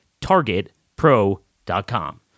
targetpro.com